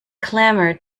clamored